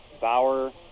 Bauer